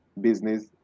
business